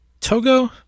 Togo